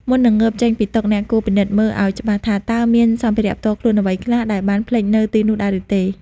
មុននឹងងើបចេញពីតុ អ្នកគួរពិនិត្យមើលឱ្យច្បាស់ថាតើមានសម្ភារៈផ្ទាល់ខ្លួនអ្វីខ្លះដែលបានភ្លេចនៅទីនោះដែរឬទេ។